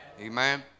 Amen